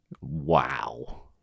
wow